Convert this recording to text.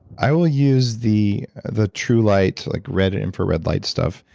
i will use the the true light, like red infrared light stuff.